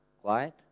Quiet